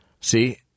See